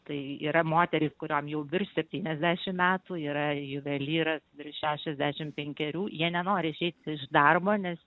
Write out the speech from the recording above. tai yra moterys kuriom jau virš septyniasdešim metų yra juvelyras virš šešiasdešim penkerių jie nenori išeiti iš darbo nes